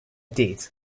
date